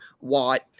Watt